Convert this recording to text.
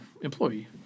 employee